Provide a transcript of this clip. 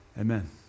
Amen